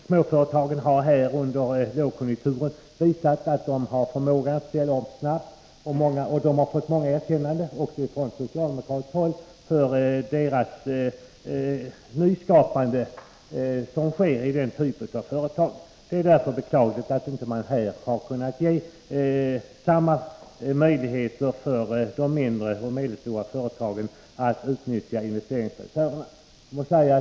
Småföretagen har under lågkonjunkturen visat att de har förmågan att ställa upp snabbt, och de har fått många erkännanden också från socialdemokratiskt håll för det nyskapande som sker i denna typ av företag. Det är därför beklagligt att man inte har kunnat ge de mindre och medelstora företagen samma möjligheter som storföretagen att utnyttja investeringsreserverna.